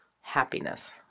happiness